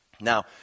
Now